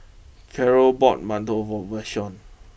Carrol bought Mantou for Vashon